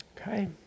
Okay